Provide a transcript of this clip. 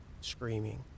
screaming